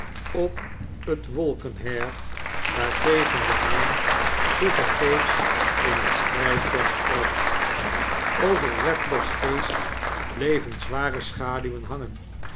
op het wolkenheir waarfcegen de maan te vergeefs in het strijdperk trad over redlaw's geest bleven zware schaduwen hangen